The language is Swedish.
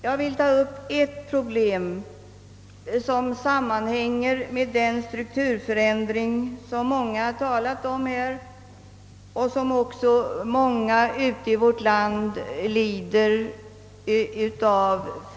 Jag vill ta upp ett problem som sammanhänger med den strukturförändring som många här har talat om och av vars följder många i vårt land lider.